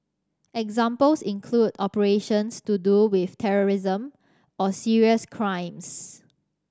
examples include operations to do with terrorism or serious crimes